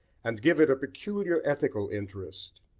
and give it a peculiar ethical interest.